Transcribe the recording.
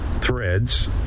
threads